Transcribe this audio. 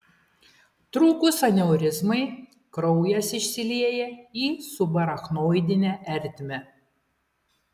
trūkus aneurizmai kraujas išsilieja į subarachnoidinę ertmę